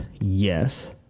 Yes